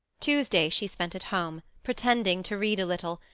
tuesday she spent at home, pretending to read a little,